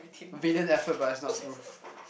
valiant effort but is not smooth